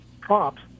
props